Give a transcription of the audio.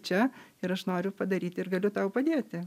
čia ir aš noriu padaryti ir gali tau padėti